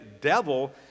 devil